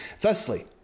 Thusly